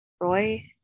Roy